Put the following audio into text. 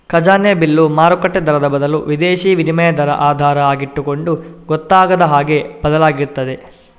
ಖಜಾನೆ ಬಿಲ್ಲು ಮಾರುಕಟ್ಟೆ ದರದ ಬದಲು ವಿದೇಶೀ ವಿನಿಮಯ ದರ ಆಧಾರ ಆಗಿಟ್ಟುಕೊಂಡು ಗೊತ್ತಾಗದ ಹಾಗೆ ಬದಲಾಗ್ತಿರ್ತದೆ